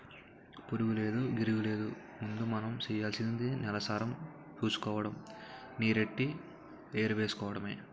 పురుగూలేదు, గిరుగూలేదు ముందు మనం సెయ్యాల్సింది నేలసారం సూసుకోడము, నీరెట్టి ఎరువేసుకోడమే